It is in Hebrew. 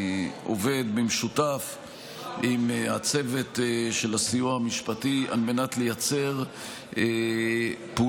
ועובד במשותף עם הצוות של הסיוע המשפטי על מנת לייצר פעולה